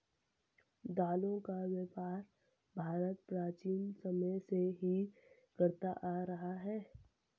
दालों का व्यापार भारत प्राचीन समय से ही करता आ रहा है